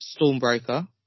Stormbreaker